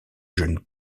jeunes